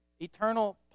Eternal